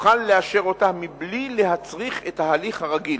יוכל לאשר אותה בלי להצריך את ההליך הרגיל.